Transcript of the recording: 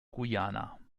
guyana